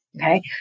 Okay